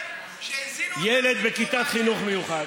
אומר לך משרד החינוך: ילד בכיתת חינוך מיוחד,